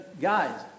guys